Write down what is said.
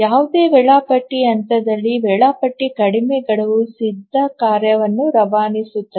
ಯಾವುದೇ ವೇಳಾಪಟ್ಟಿ ಹಂತದಲ್ಲಿ ವೇಳಾಪಟ್ಟಿ ಕಡಿಮೆ ಗಡುವು ಸಿದ್ಧ ಕಾರ್ಯವನ್ನು ರವಾನಿಸುತ್ತದೆ